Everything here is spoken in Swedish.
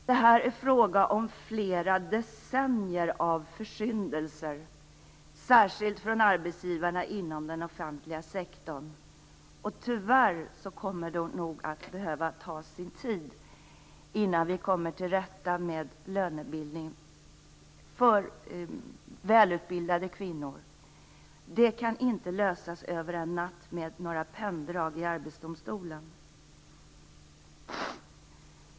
Här är det fråga om flera decennier av försyndelser, särskilt från arbetsgivarna inom den offentliga sektorn. Tyvärr kommer det nog att ta sin tid innan vi kommer till rätta med lönebildningen för välutbildade kvinnor. Det kan inte lösas över en natt med några penndrag i Arbetsdomstolen.